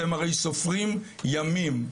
אתם הרי סופרים ימים.